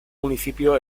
municipio